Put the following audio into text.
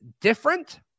different